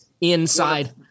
inside